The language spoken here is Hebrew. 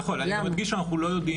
נכון, אני מדגיש אנחנו לא יודעים.